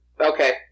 okay